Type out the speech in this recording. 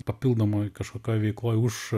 papildomoj kažkokioj veikloj už